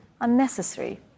unnecessary